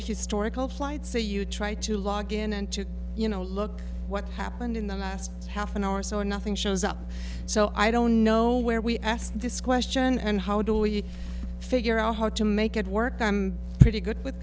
historical plight say you try to log in and to you know look what happened in the last half an hour or so and nothing shows up so i don't know where we asked this question and how do we figure out how to make it work i am pretty good with